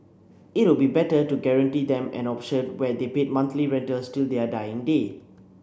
it would be better to guarantee them an option where they pay monthly rentals till their dying day